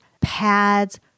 pads